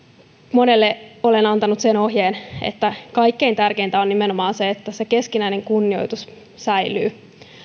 monelle olen antanut sen ohjeen että kaikkein tärkeintä on nimenomaan se että se keskinäinen kunnioitus säilyy